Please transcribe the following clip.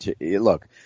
Look